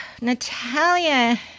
Natalia